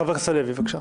חבר הכנסת הלוי, בבקשה.